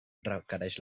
requereix